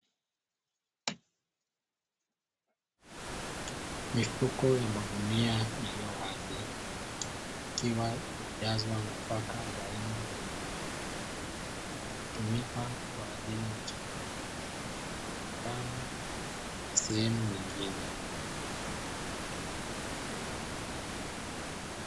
Mifuko ya magunia yaliyo wazi ikiwa imejazwa nafaka za aina mbalimbali, zinazotumika kwa ajili ya chakula mbalimbali ya sehemu nyingine.